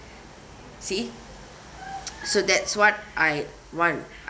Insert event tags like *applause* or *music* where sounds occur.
see *noise* so that's what I want